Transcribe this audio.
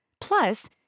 Plus